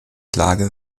lage